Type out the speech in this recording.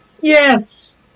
Yes